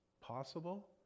possible